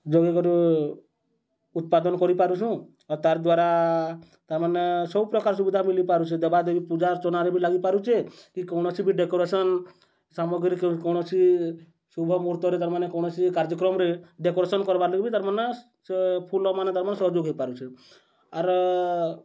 ଜଗେଇକରି ଉତ୍ପାଦନ କରିପାରୁଛୁଁ ଆଉ ତା'ର୍ ଦ୍ଵାରା ତା'ର୍ମାନେ ସବୁପ୍ରକାର ସୁବିଧା ମିଲିପାରୁଛେ ଦେବାଦେବୀ ପୂଜା ଅର୍ଚ୍ଚନାରେ ବି ଲାଗିପାରୁଛେ କି କୌଣସି ବି ଡେକୋରେସନ୍ ସାମଗ୍ରୀ କୌଣସି ଶୁଭ ମୁହୂର୍ତ୍ତରେ ତା'ର୍ମାନେ କୌଣସି କାର୍ଯ୍ୟକ୍ରମରେ ଡେକୋରେସନ୍ କର୍ବାର୍ ଲାଗି ବି ତା'ର୍ମାନେ ସେ ଫୁଲ୍ମାନେ ତା'ର୍ମାନେ ସହଯୋଗ ହେଇପାରୁଛେ ଆରୁ